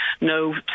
no